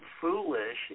foolish